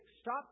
stop